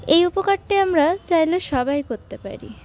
এই উপকারটি আমরা চাইলে সবাই করতে পারি